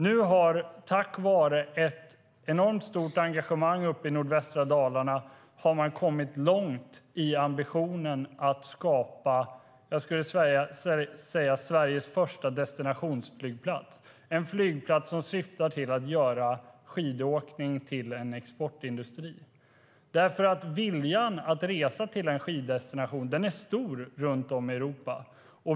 Nu har man, tack vare ett enormt stort engagemang uppe i nordvästra Dalarna, kommit långt i ambitionen att skapa vad jag skulle kalla Sveriges första destinationsflygplats - en flygplats som syftar till att göra skidåkning till en exportindustri. Viljan att resa till en skiddestination är stor runt om i Europa.